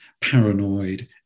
paranoid